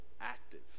active